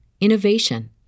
innovation